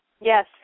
Yes